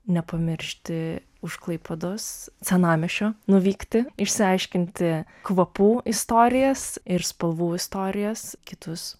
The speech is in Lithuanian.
nepamiršti už klaipėdos senamiesčio nuvykti išsiaiškinti kvapų istorijas ir spalvų istorijas kitus